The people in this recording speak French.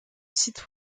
site